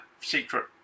secret